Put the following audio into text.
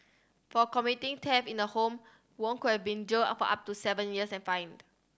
for committing theft in a home Wong could have been jailed for up to seven years and fined